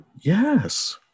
Yes